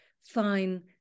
fine